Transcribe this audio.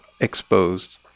exposed